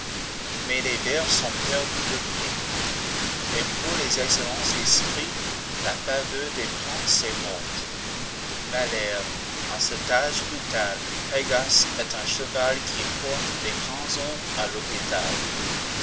mais les vers ont perdu leur prix et pour les excellents esprits la faveur des princes est morte malherbe en cet âge brutal pégase est un cheval qui porte les grands hommes à l'hôpital